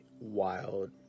wild